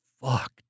Fuck